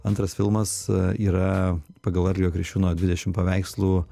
antras filmas yra pagal algio kriščiūno dvidešimt paveikslų